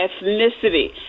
ethnicity